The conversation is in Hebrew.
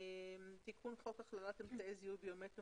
10.תיקון חוק הכללת אמצעי זיהוי ביומטריים